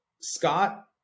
Scott